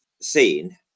seen